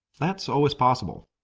that's always possible.